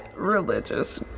Religious